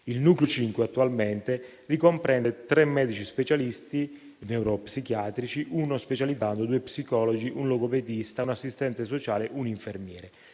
n. 58, e attualmente comprende tre medici specialisti neuropsichiatrici, uno specializzando, due psicologi, un logopedista, un assistente sociale e un infermiere.